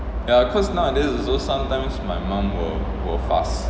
ya cause nowadays also sometimes my mum will fast